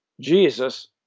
Jesus